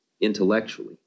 intellectually